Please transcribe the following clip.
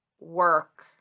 work